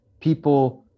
people